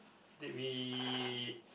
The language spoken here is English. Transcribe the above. that we